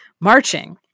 marching